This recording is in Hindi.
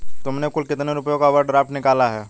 तुमने कुल कितने रुपयों का ओवर ड्राफ्ट निकाला है?